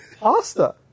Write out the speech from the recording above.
pasta